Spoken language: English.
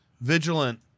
vigilant